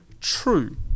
true